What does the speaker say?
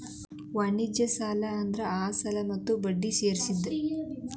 ವಾಣಿಜ್ಯ ಸಾಲ ಅಂದ್ರ ಅಸಲ ಮತ್ತ ಬಡ್ಡಿ ಸೇರ್ಸಿದ್